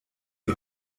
die